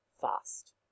fast